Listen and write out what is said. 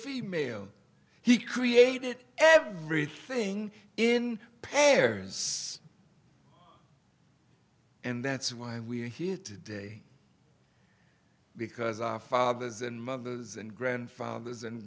female he created everything in parents and that's why we're here today because our fathers and mothers and grandfathers and